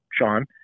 Sean